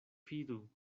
fidu